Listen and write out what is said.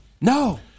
No